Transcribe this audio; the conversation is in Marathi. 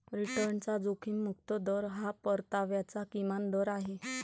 रिटर्नचा जोखीम मुक्त दर हा परताव्याचा किमान दर आहे